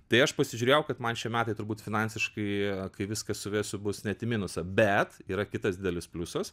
tai aš pasižiūrėjau kad man šie metai turbūt finansiškai kai viską suvesiu bus net į minusą bet yra kitas didelis pliusas